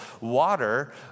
water